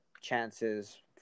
chances